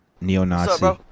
Neo-Nazi